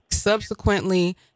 subsequently